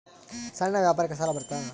ಸಣ್ಣ ವ್ಯಾಪಾರಕ್ಕ ಸಾಲ ಬರುತ್ತಾ?